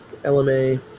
LMA